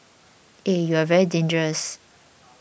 eh you are very dangerous